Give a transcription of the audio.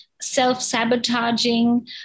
self-sabotaging